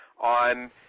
on